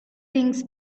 things